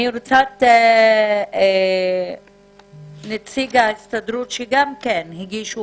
אני רוצה את נציג ההסתדרות שגם הגישו